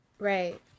Right